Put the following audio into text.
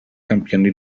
campioni